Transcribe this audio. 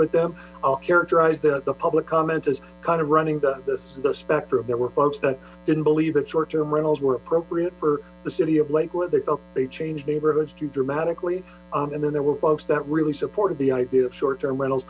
with them i'll characterize the public comment as kind of running the spectrum there were folks that didn't believe that short term rentals were appropriate for the city of lakewood they felt they changed neighborhoods to dramatically and then there were folks that really supported the idea of short term rentals